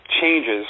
changes